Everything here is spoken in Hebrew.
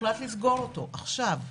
הוחלט לסגור אותו עכשיו,